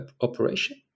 operation